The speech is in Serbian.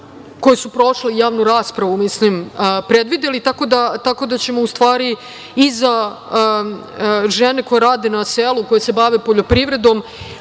koje su prošle javnu raspravu, predvideli, tako da ćemo, u stvari, i za žene koje rade na selu, koje se bave poljoprivredom,